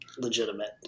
legitimate